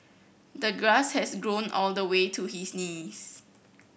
the grass has grown all the way to his knees